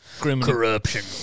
corruption